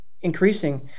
increasing